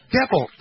devil